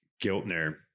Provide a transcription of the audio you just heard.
Giltner